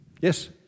Yes